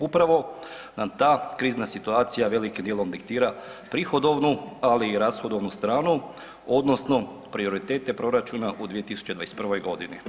Upravo nam ta krizna situacija velikim dijelom diktira prihodovnu, ali i rashodovnu stranu odnosno prioritete proračuna u 2021. godini.